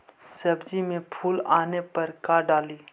सब्जी मे फूल आने पर का डाली?